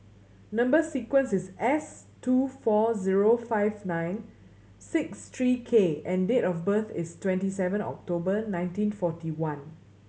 number sequence is S two four zero five nine six three K and date of birth is twenty seven October nineteen forty one